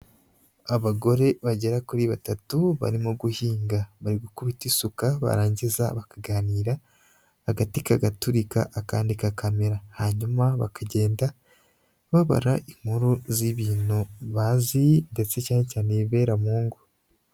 Abagore bagera kuri batatu barimo guhinga, barigukubita isuka barangiza bakaganira agati kagaturika akandi kakamera. Hanyuma bakagenda babara inkuru z'ibintu bazi ndetse cyane cyane ibibera mu ngo.